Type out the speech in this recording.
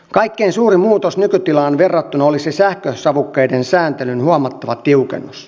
kaikkein suurin muutos nykytilaan verrattuna olisi sähkösavukkeiden sääntelyn huomattava tiukennus